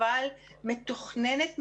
אבל מתוכננת,